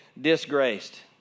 disgraced